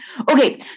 Okay